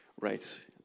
Right